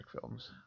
films